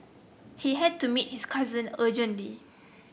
he had to meet his cousin urgently